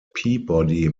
peabody